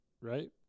right